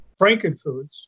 frankenfoods